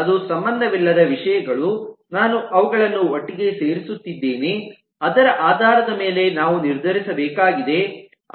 ಅದು ಸಂಬಂಧವಿಲ್ಲದ ವಿಷಯಗಳು ನಾನು ಅವುಗಳನ್ನು ಒಟ್ಟಿಗೆ ಸೇರಿಸುತ್ತಿದ್ದೇನೆ ಅದರ ಆಧಾರದ ಮೇಲೆ ನಾವು ನಿರ್ಧರಿಸಬೇಕಾಗಿದೆ